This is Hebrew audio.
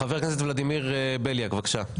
חבר הכנסת ולדימיר בליאק, בבקשה.